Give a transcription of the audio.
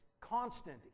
constant